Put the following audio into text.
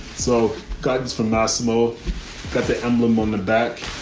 so guidance from massimo that the emblem on the back.